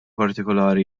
partikolari